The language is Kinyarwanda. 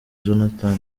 jonathan